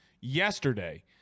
yesterday